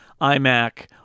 iMac